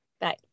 Bye